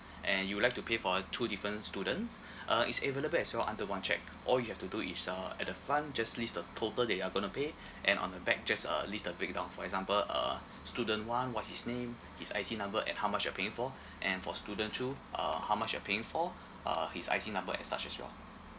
and you would like to pay for uh two different students uh it's available as well under one cheque all you have to do is uh at the front just list the total that you're gonna pay and on the back just uh list the breakdown for example uh student one what's his name his I_C number and how much you're paying for and for student two uh how much you're paying for uh his I_C number and such as well